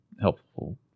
helpful